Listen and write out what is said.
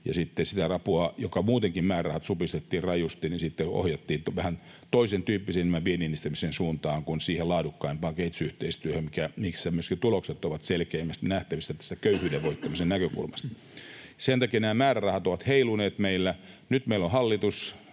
sitä apua, jonka määrärahoja muutenkin supistettiin rajusti, sitten ohjattiin vähän toisentyyppiseen, enemmän vienninedistämisen suuntaan kuin siihen laadukkaimpaan kehitysyhteistyöhön, missä myöskin tulokset ovat selkeimmin nähtävissä köyhyyden voittamisen näkökulmasta. Sen takia nämä määrärahat ovat heiluneet meillä. Nyt meillä on hallitus,